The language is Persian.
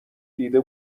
دیده